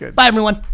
bye everyone!